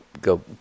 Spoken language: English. go